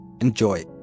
Enjoy